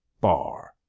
bar